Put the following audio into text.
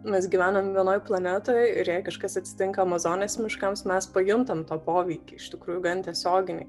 mes gyvenam vienoj planetoj ir jei kažkas atsitinka amazonės miškams mes pajuntam to poveikį iš tikrųjų gan tiesioginį